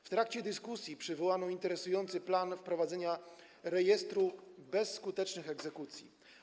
W trakcie dyskusji przywołano interesujący plan wprowadzenia rejestru bezskutecznych egzekucji.